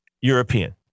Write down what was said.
European